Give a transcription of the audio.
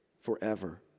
forever